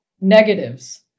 negatives